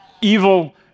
Evil